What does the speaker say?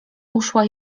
uszła